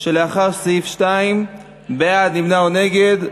שלאחר סעיף 2. בעד, נמנע או נגד,